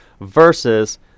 versus